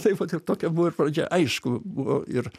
taip vat ir tokia buvo ir pradžia aišku buvo ir